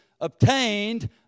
obtained